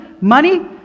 Money